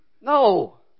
No